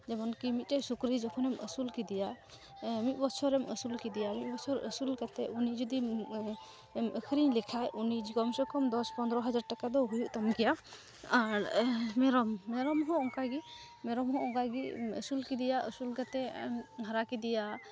ᱡᱮᱢᱚᱱᱠᱤ ᱢᱤᱫᱴᱮᱡ ᱥᱩᱠᱨᱤ ᱡᱚᱠᱷᱚᱱᱮᱱ ᱟᱹᱥᱩᱞ ᱠᱮᱫᱮᱭᱟ ᱢᱤᱫ ᱵᱚᱪᱷᱚᱨᱮᱢ ᱟᱹᱥᱩᱞ ᱠᱮᱫᱮᱭᱟ ᱢᱤᱫ ᱵᱚᱪᱷᱚᱨ ᱟᱹᱥᱩᱞ ᱠᱟᱛᱮᱫ ᱩᱱᱤ ᱡᱩᱫᱤᱢ ᱟᱹᱠᱷᱨᱤᱧ ᱞᱮᱭᱠᱷᱟᱡ ᱩᱱᱤ ᱠᱚᱢ ᱥᱮ ᱠᱚᱢ ᱫᱚᱥᱼᱯᱚᱱᱫᱽᱨᱚ ᱦᱟᱡᱟᱨ ᱴᱟᱠᱟᱫᱚ ᱦᱩᱭᱩᱜᱛᱟᱢ ᱜᱮᱭᱟ ᱟᱨ ᱢᱮᱨᱚᱢ ᱢᱮᱨᱚᱢᱦᱚᱸ ᱚᱱᱠᱟᱜᱮ ᱢᱮᱨᱚᱢᱦᱚᱸ ᱚᱱᱠᱟᱜᱮ ᱟᱹᱥᱩᱞ ᱠᱮᱫᱮᱭᱟ ᱟᱹᱥᱩᱞ ᱠᱟᱛᱮᱫ ᱮᱢ ᱦᱟᱨᱟ ᱠᱮᱫᱮᱭᱟ